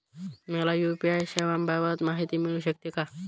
मला यू.पी.आय सेवांबाबत माहिती मिळू शकते का?